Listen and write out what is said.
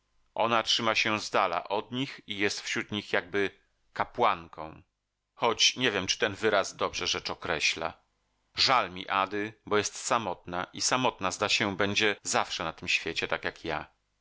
ona trzyma się z dala od nich i jest wśród nich jakby kapłanką choć nie wiem czy ten wyraz dobrze rzecz określa żal mi ady bo jest samotna i samotna zda się będzie zawsze na tym świecie tak jak ja